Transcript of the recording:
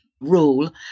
rule